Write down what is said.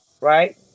right